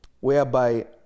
whereby